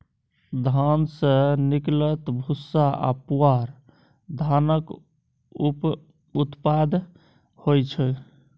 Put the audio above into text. धान सँ निकलल भूस्सा आ पुआर धानक उप उत्पाद होइ छै